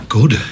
Good